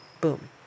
Boom